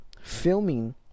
Filming